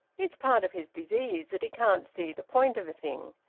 it's part of his disease that he can't see the point of a thing.